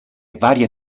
varie